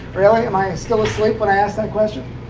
really? am i still asleep when i ask that question?